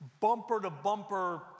bumper-to-bumper